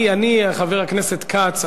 חבר הכנסת כץ,